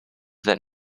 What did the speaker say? that